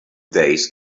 days